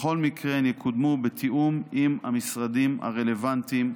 ובכל מקרה הן יקודמו בתיאום עם המשרדים הרלוונטיים.